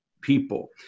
people